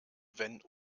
wenn